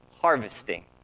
harvesting